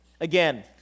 Again